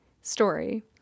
story